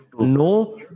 no